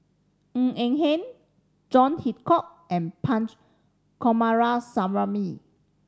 Ng Eng Hen John Hitchcock and Punch Coomaraswamy